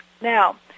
Now